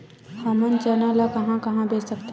हमन चना ल कहां कहा बेच सकथन?